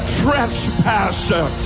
trespasser